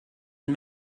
and